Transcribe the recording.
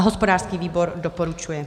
Hospodářský výbor doporučuje.